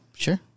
Sure